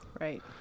Right